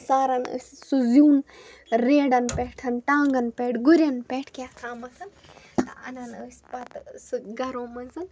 ساران ٲسۍ سُہ زیُن ریڑَن پٮ۪ٹھ ٹانٛگَن پٮ۪ٹھ گُرٮ۪ن پٮ۪ٹھ کیٛاہ تھامَتھ تہٕ اَنان ٲسۍ پَتہٕ سُہ گَرو منٛز